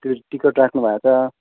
त्यो टिकट राख्नुभएको छ